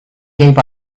gave